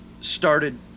started